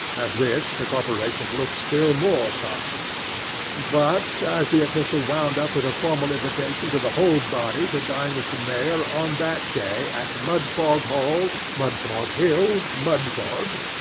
at this the corporation looked still more solemn but, as the epistle wound up with a formal invitation to the whole body to dine with the mayor on that day, at mudfog hall, mudfog hill, mudfog,